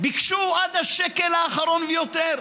ביקשו עד השקל האחרון ויותר.